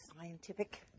scientific